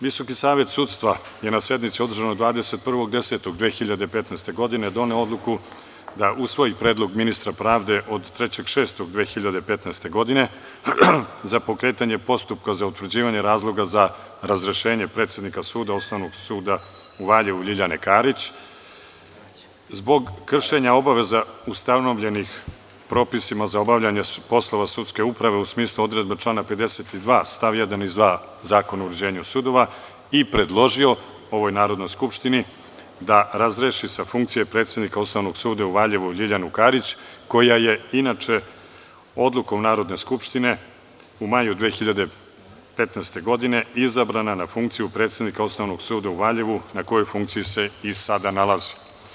Visoki savet sudstva je, na sednici održanoj 21. oktobra 2015. godine, doneo odluku da usvoji predlog ministra pravde od 3. juna 2015. godine, za pokretanje postupka za utvrđivanje razloga za razrešenje predsednika suda Osnovnog suda u Valjevu, Ljiljane Karić, zbog kršenja obaveza ustanovljenih propisima za obavljanje poslova sudske uprave u smislu odredba člana 52. stav 1. Zakona o uređenju sudova i predložio ovoj Narodnoj skupštini da razreši sa funkcije predsednika Osnovnog suda u Valjevu, Ljiljanu Karić, koja je inače odlukom Narodne skupštine u maju 2015. godine izabrana na funkciju predsednika Osnovnog suda u Valjevu, na kojoj funkciji se i sada nalazi.